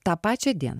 tą pačią dieną